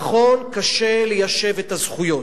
נכון, קשה ליישב את הזכויות.